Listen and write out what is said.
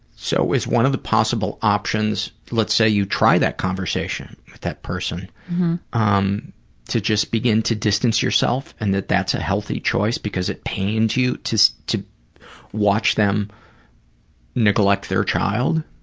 so, is one of the possible options let's say you try that conversation with that person um to just begin to distance yourself and that that's a healthy choice because it pains you to so to watch them neglect their child?